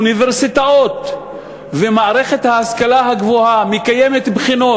אוניברסיטאות ומערכת ההשכלה הגבוהה מקיימות בחינות,